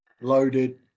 loaded